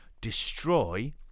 destroy